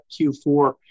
Q4